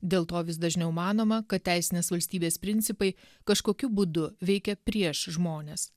dėl to vis dažniau manoma kad teisinės valstybės principai kažkokiu būdu veikia prieš žmones